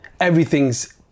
Everything's